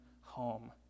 home